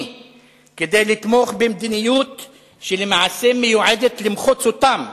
כדי לתמוך במדיניות שלמעשה מיועדת למחוץ אותם,